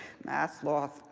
math's loss,